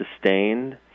sustained